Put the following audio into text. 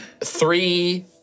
three